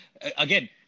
Again